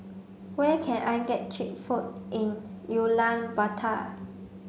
where can I get cheap food in Ulaanbaatar